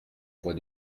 voit